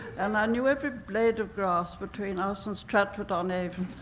and i knew every blade of grass between us and stratford-upon-avon.